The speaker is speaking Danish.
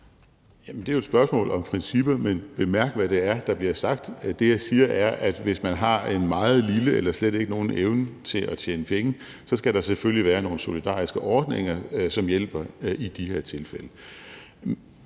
det er jo et spørgsmål om principper, men bemærk, hvad det er, der bliver sagt. Det, jeg siger, er, at hvis man har en meget lille eller slet ikke nogen evne til at tjene penge, så skal der selvfølgelig være nogle solidariske ordninger, som hjælper i de tilfælde.